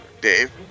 dave